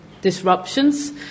disruptions